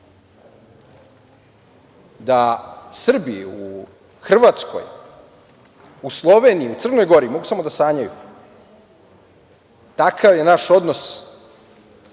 da Srbi u Hrvatskoj, u Sloveniji, u Crnoj Gori mogu samo da sanjaju. Takav je naš odnos